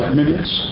minutes